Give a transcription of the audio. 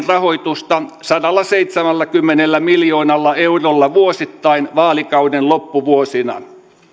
rahoitusta sadallaseitsemälläkymmenellä miljoonalla eurolla vuosittain vaalikauden loppuvuosina